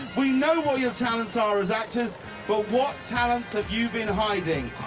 we know what your talents are as actors but what talents have you been hiding.